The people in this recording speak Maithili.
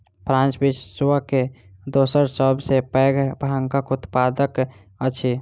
फ्रांस विश्व के दोसर सभ सॅ पैघ भांगक उत्पादक अछि